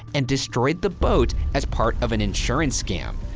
and destroyed the boat as part of an insurance scam.